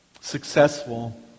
successful